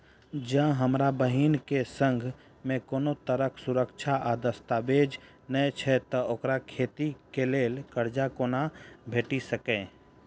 जँ हमरा बहीन केँ सङ्ग मेँ कोनो तरहक सुरक्षा आ दस्तावेज नै छै तऽ ओकरा खेती लेल करजा कोना भेटि सकैये?